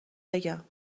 بگم